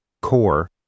core